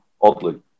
oddly